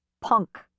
punk